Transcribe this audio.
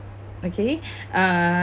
okay uh